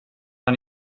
han